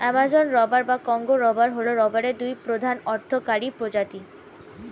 Amazon rubber এবং Congo rubber হল রাবারের দুটি প্রধান অর্থকরী প্রজাতি